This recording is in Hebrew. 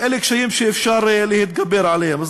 אבל אלה קשיים שאפשר להתגבר עליהם.